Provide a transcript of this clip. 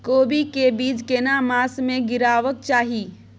कोबी के बीज केना मास में गीरावक चाही?